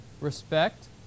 Respect